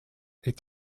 est